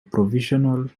provisional